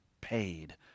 paid